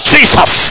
Jesus